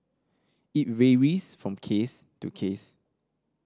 it varies from case to case